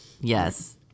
Yes